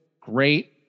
great